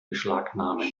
beschlagnahmen